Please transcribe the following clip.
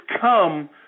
come